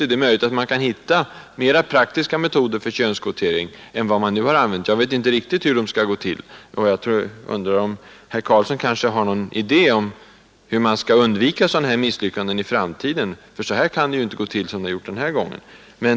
Det är möjligt att man kan hitta mera praktiska metoder för könskvotering än man nu har använt. Men jag vet inte riktigt hur det skall gå till, och jag undrar om herr Carlsson har någon idé om hur man skall kunna undvika misslyckanden i framtiden. Det kan ju inte få gå till som det har gjort den här gången.